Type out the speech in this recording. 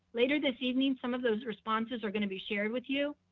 later this evening, some of those responses are gonna be shared with you.